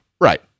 Right